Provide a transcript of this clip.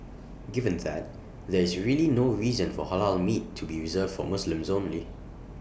given that there is really no reason for Halal meat to be reserved for Muslims only